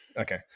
Okay